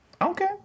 Okay